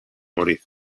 morir